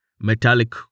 metallic